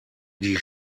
die